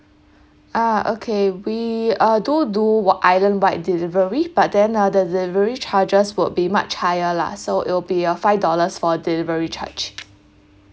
ah okay we uh do do wa~ island wide delivery but then uh the delivery charges will be much higher lah so it'll be a five dollars for delivery charge